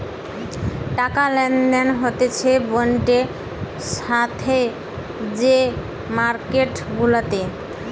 টাকা লেনদেন হতিছে বন্ডের সাথে যে মার্কেট গুলাতে